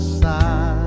side